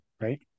right